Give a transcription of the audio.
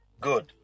Good